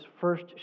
first